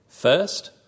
First